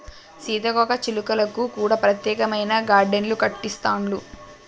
సీతాకోక చిలుకలకు కూడా ప్రత్యేకమైన గార్డెన్లు కట్టిస్తాండ్లు